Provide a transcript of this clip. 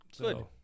Good